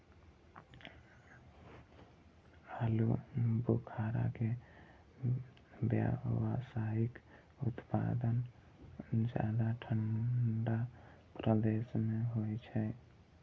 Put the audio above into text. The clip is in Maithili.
आलू बुखारा के व्यावसायिक उत्पादन ज्यादा ठंढा प्रदेश मे होइ छै